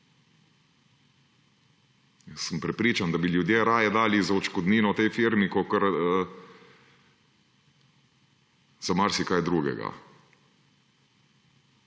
– ne? Prepričan sem, da bi ljudje raje dali za odškodnino tej firmi kakor za marsikaj drugega.